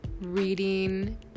reading